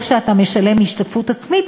או שאתה משלם השתתפות עצמית,